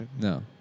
No